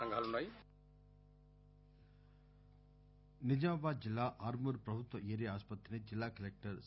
collector Nizamabad జిల్లా ఆర్మూర్ ప్రభుత్వ area ఆస్సత్రిని జిల్లా కలెక్టర్ సి